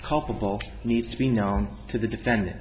culpable needs to be known to the defendant